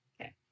Okay